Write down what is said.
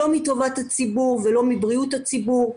לא מטובת הציבור ולא מבריאות הציבור,